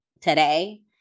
today